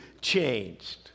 changed